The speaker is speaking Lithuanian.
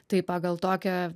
tai pagal tokią